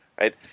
right